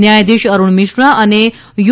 ન્યાયાધીશ અરૂણ મિશ્રા અને યુ